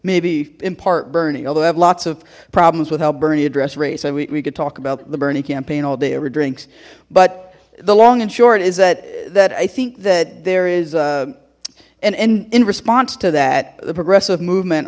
maybe in part bernie although i have lots of problems with how bernie address race i we could talk about the bernie campaign all day over drinks but the long and short is that that i think that there is a and in in response to that the progressive movement